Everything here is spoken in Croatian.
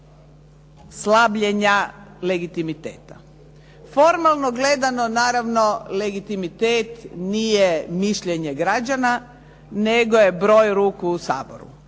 slabljenja legitimiteta. Formalno gledano naravno legitimitet nije mišljenje građana, nego je broj ruku u Saboru.